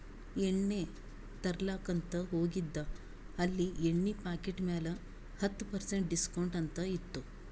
ಎಣ್ಣಿ ತರ್ಲಾಕ್ ಅಂತ್ ಹೋಗಿದ ಅಲ್ಲಿ ಎಣ್ಣಿ ಪಾಕಿಟ್ ಮ್ಯಾಲ ಹತ್ತ್ ಪರ್ಸೆಂಟ್ ಡಿಸ್ಕೌಂಟ್ ಅಂತ್ ಇತ್ತು